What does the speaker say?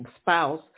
spouse